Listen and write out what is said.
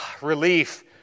relief